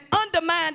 undermine